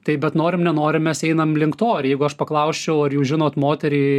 taip bet norim nenorim mes einam link to ar jeigu aš paklausčiau ar jūs žinot moterį